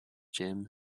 jim